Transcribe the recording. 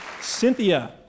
Cynthia